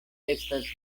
estas